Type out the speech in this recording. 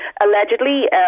allegedly